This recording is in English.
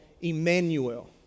emmanuel